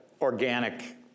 organic